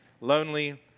lonely